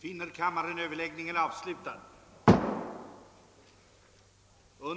Herr talman!